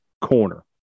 Corner